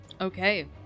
Okay